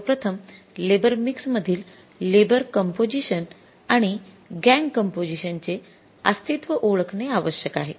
सर्वप्रथम labour mix मधील labour composition आणि गॅंग कंपोझिशन चे अस्तित्व ओळखणे आवश्यक आहे